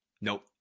Nope